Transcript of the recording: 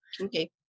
Okay